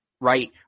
right